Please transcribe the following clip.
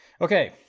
Okay